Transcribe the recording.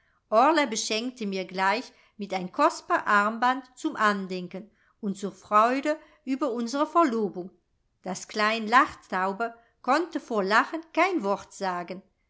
beschenkte mir gleich mit ein kostbar armband zum andenken und zur freude über unsre verlobung das klein lachtaube konnte vor lachen kein wort sagen